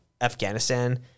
Afghanistan